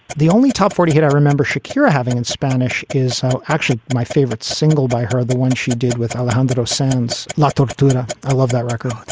the only top forty hit i remember shakira having in spanish is actually my favorite single by her, the one she did with alejandro sanz, not torture tuna. i love that record,